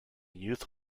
youth